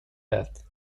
that